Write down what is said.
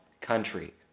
country